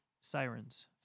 Sirens